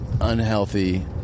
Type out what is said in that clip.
unhealthy